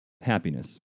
happiness